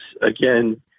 again